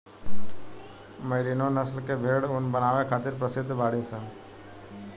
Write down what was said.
merino नस्ल के भेड़ ऊन बनावे खातिर प्रसिद्ध बाड़ीसन